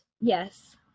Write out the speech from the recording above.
Yes